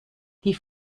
die